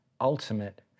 ultimate